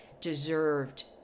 deserved